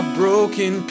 broken